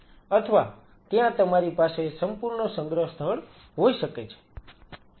અથવા ત્યાં તમારી પાસે સંપૂર્ણ સંગ્રહ સ્થળ હોઈ શકે છે